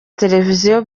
televiziyo